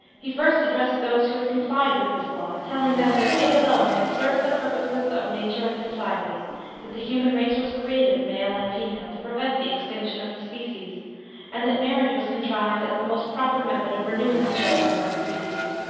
he first addressed those who had complied with his law, telling them, that they alone had served the purposes of nature and society that the human race was created male and female to prevent the extinction of the species and that marriage was contrived as the most proper method of renewing the children of that species.